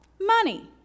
money